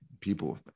People